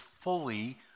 fully